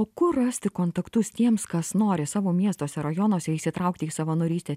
o kur rasti kontaktus tiems kas nori savo miestuose rajonuose įsitraukti į savanorystę